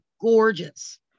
gorgeous